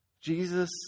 Jesus